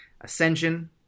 Ascension